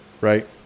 Right